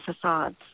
facades